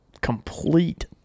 Complete